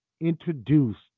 introduced